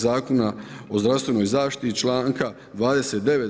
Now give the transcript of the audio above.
Zakona o zdravstvenoj zaštiti i članka 29.